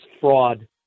fraud